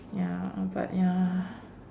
ya but ya